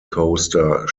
coaster